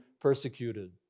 persecuted